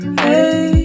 hey